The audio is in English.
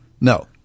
No